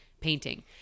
painting